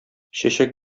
чәчәк